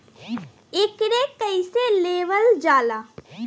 एकरके कईसे लेवल जाला?